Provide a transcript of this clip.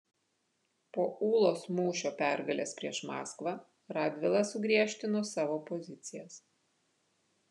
po ūlos mūšio pergalės prieš maskvą radvila sugriežtino savo pozicijas